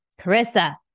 Carissa